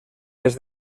des